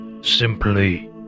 simply